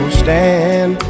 stand